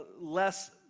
less